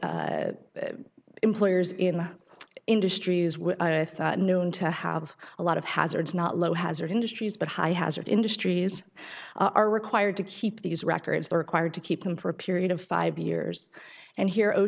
high employers in the industries were known to have a lot of hazards not low hazard industries but high hazard industries are required to keep these records they're required to keep them for a period of five years and here o